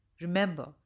Remember